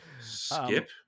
Skip